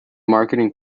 marketing